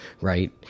right